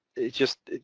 it's just